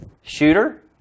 shooter